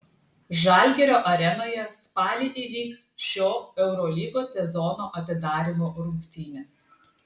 žalgirio arenoje spalį įvyks šio eurolygos sezono atidarymo rungtynės